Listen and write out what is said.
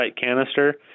canister